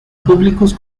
públicos